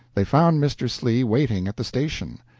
they found mr. slee waiting at the station.